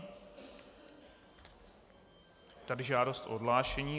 Je tady žádost o odhlášení.